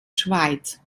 schweiz